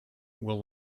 will